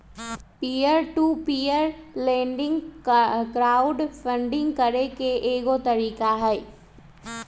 peer to peer lending crowd funding करे के एगो तरीका हई